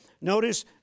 notice